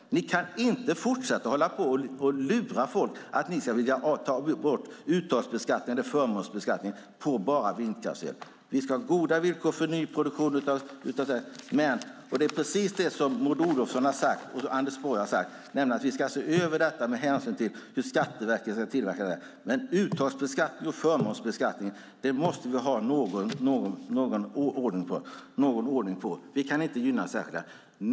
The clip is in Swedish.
Ni kan inte fortsätta hålla på och lura folk att ni ska ta bort uttagsbeskattningen eller förmånsbeskattningen bara på vindkraftsel. Vi ska ha goda villkor för nyproduktion, och det är precis det Maud Olofsson och Anders Borg har sagt: Vi ska se över detta med hänsyn till hur Skatteverket ska tillämpa det. Uttagningsbeskattning och förmånsbeskattning måste vi dock ha någon ordning på. Vi kan inte gynna särskilda.